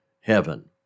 heaven